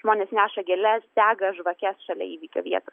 žmonės neša gėles dega žvakes šalia įvykio vietos